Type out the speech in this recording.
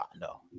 no